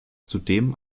zudem